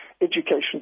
education